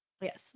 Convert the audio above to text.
Yes